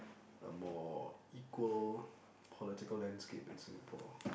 a more equal political landscape in Singapore